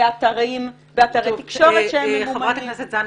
באתרי תקשורת ממומנים -- חברת הכנסת זנדברג,